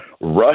Russia